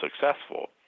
successful